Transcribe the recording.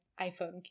iPhone